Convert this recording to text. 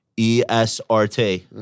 E-S-R-T